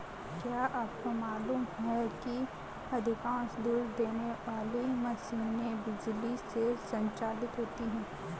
क्या आपको मालूम है कि अधिकांश दूध देने वाली मशीनें बिजली से संचालित होती हैं?